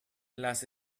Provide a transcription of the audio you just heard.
las